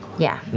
yeah.